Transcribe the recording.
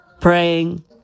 praying